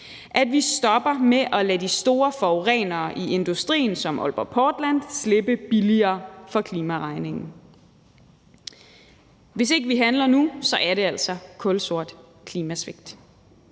og stoppe med at lade de store forurenere i industrien som Aalborg Portland slippe billigere for klimaregningen. Hvis ikke vi handler nu, er det altså kulsort klimasvigt.